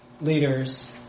leaders